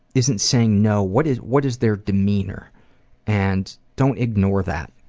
isn't saying no, what is what is their demeanor and don't ignore that,